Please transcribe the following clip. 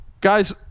guys